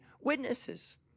witnesses